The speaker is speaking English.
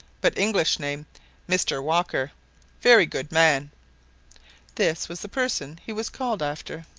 but english name mister walker very good man this was the person he was called after.